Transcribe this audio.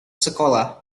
sekolah